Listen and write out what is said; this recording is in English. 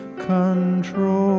control